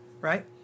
right